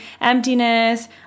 emptiness